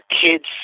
kids